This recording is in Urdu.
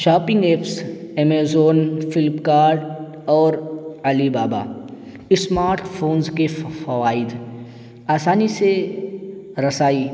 shopping apps Amazon Flipkart اور علی بابا اسمارٹ فونز کی فوائد آسانی سے رسائی